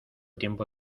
tiempo